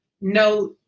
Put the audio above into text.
no